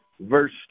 verse